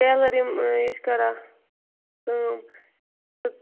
tailor یِم یہِ چھِ کَران اَہن حظ